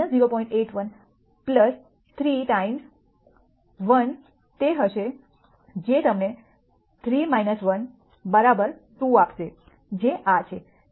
81 3 ગુણ્યા 1 તે હશે જે તમને 3 1 2 આપશે જે આ છે